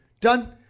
Done